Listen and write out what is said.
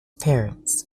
parents